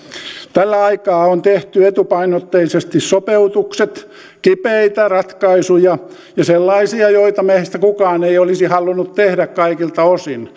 tällä aikaa on tehty etupainotteisesti sopeutukset kipeitä ratkaisuja ja sellaisia joita meistä kukaan ei olisi halunnut tehdä kaikilta osin